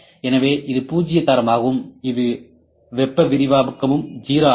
எனவே இது பூஜ்ஜிய தரமாகும் இது வெப்ப விரிவாக்கமும் 0 ஆகும்